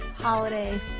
holiday